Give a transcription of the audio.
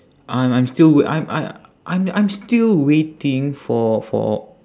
I'm I'm still w~ I'm I~ I'm I'm still waiting for for